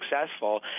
successful